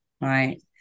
right